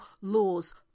laws